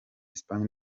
espagne